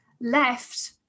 left